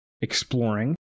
exploring